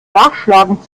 nachschlagen